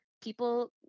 people